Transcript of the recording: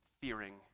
fearing